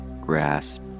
grasp